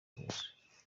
hose